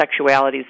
sexualities